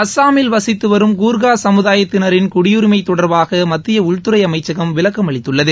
அஸ்ஸாமில் வசித்து வரும் கூர்கா சமுதாயத்தினரின் குடியுரிமை தொடர்பாக மத்திய உள்துறை அமைச்சம் விளக்கம் அளித்துள்ளது